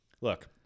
Look